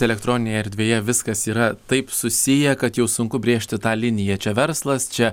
elektroninėje erdvėje viskas yra taip susiję kad jau sunku brėžti tą liniją čia verslas čia